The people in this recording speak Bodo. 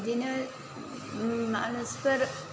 बिदिनो मानसिफोर